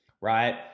right